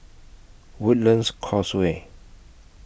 Woodlands Causeway